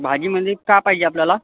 भाजीमध्ये का पाहिजे आपल्याला